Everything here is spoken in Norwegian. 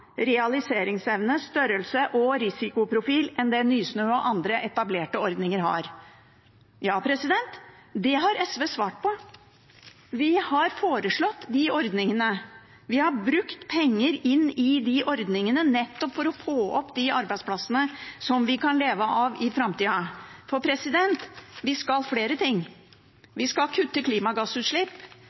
størrelse og risikoprofil enn det Nysnø og andre etablerte ordninger har. Dette har SV svart på. Vi har foreslått de ordningene, vi har brukt penger på de ordningene, nettopp for å få opp de arbeidsplassene som vi kan leve av i framtida, for vi skal få til flere ting: Vi skal kutte klimagassutslipp,